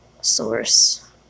source